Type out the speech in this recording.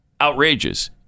outrageous